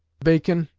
bacon,